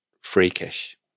freakish